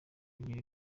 ebyiri